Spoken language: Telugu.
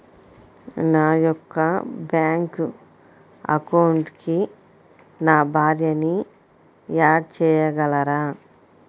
నా యొక్క బ్యాంక్ అకౌంట్కి నా భార్యని యాడ్ చేయగలరా?